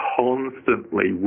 constantly